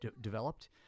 developed